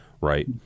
right